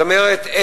זאת אומרת,